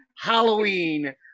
Halloween